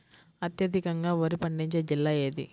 అత్యధికంగా వరి పండించే జిల్లా ఏది?